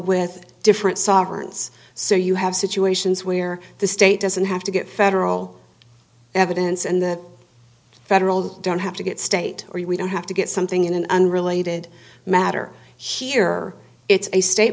with different sovereigns so you have situations where the state doesn't have to get federal evidence and the federal don't have to get state where we don't have to get something in an unrelated matter here it's a state